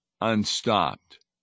unstopped